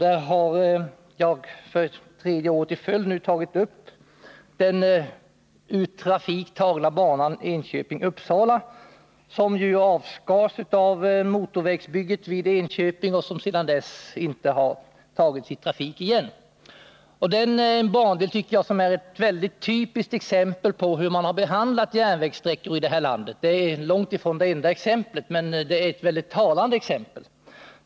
För tredje året i följd har jag tagit upp den ur trafik tagna banan Enköping-Uppsala, som avskars av motorvägsbygget vid Enköping och sedan dess inte har tagits i trafik igen. Den här bandelen är ett typiskt exempel på hur man har behandlat järnvägssträckor i det här landet — långt ifrån det enda men ett mycket talande exempel.